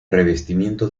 revestimiento